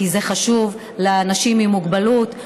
כי זה חשוב לאנשים עם מוגבלות.